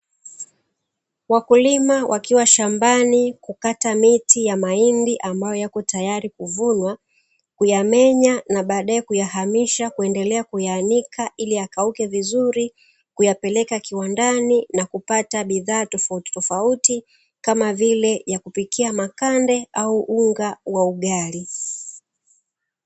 Wakulima wakiwa shambani kukata miti ya mahindi ambayo yako tayari kuvunwa, kuyamenya, na baadaye kuyahamisha kuendelea kuyaanika ili yakauke vizuri, kuyapeleka kiwandani, na kupata bidhaa tofautitofauti, kama vile ya kupikia makande, au unga wa ugali.